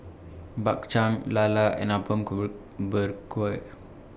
Bak Chang Lala and Apom group Berkuah